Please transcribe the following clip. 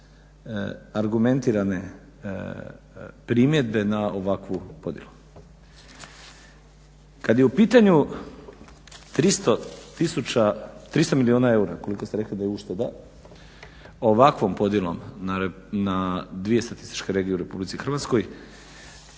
argumentirane primjedbe na ovakvu podjelu. Kad je u pitanju 300 milijuna eura koliko ste rekli da je ušteda ovakvom podjelom na dvije statističke regije u RH kojima je